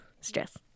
stress